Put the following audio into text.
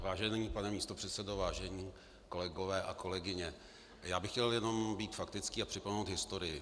Vážený pane místopředsedo, vážení kolegové a kolegyně, já bych chtěl jenom být faktický a připomenout historii.